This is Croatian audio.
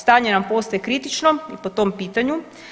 Stanje nam postaje kritično i po tom pitanju.